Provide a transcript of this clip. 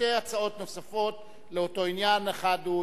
שתי הצעות נוספות באותו עניין: אחת של